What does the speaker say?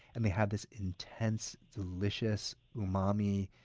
and they have this intense, delicious, umami,